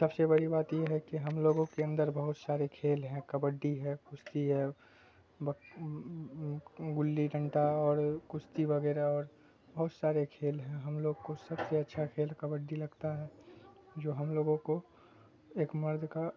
سب سے بڑی بات یہ ہے کہ ہم لوگوں کے اندر بہت سارے کھیل ہیں کبڈی ہے کشتی ہے گلی ڈنٹا اور کشتی وغیرہ اور بہت سارے کھیل ہیں ہم لوگ کو سب سے اچھا کھیل کبڈی لگتا ہے جو ہم لوگوں کو ایک مرد کا